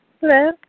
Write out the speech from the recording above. Hello